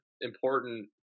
important